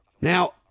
Now